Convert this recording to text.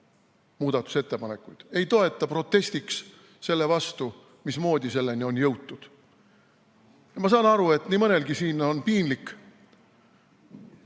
muudatusettepanekuid – ei toeta protestiks selle vastu, mismoodi selleni on jõutud. Ma saan aru, et nii mõnelgi siin on piinlik,